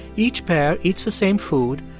each pair eats the same food,